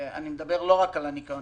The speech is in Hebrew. אני מדבר לא רק על הניקיון,